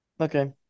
Okay